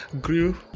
grew